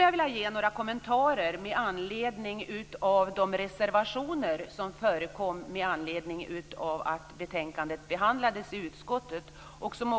Jag vill göra några kommentarer med anledning av de reservationer som föreligger, som